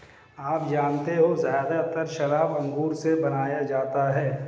आप जानते होंगे ज़्यादातर शराब अंगूर से बनाया जाता है